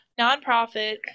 nonprofit